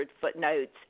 footnotes